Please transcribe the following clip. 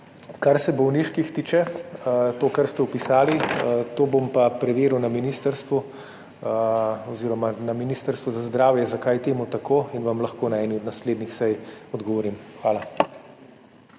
Kar se bolniških tiče, to, kar ste opisali, bom pa preveril na Ministrstvu za zdravje, zakaj je tako, in vam lahko na eni od naslednjih sej odgovorim. Hvala.